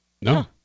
No